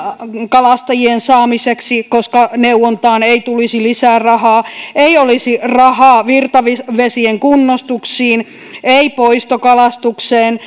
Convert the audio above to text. kalastajien saamiseksi koska neuvontaan ei tulisi lisää rahaa ei olisi rahaa virtavesien kunnostuksiin ei poistokalastukseen